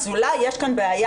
אז אולי יש כאן בעיה.